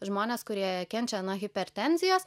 žmonės kurie kenčia nuo hipertenzijos